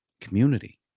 community